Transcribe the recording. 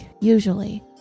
usually